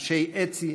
אנשי אצ"י,